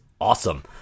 awesome